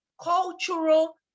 cultural